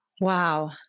Wow